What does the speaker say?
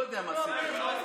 לא נתקבלה.